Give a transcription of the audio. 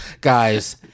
guys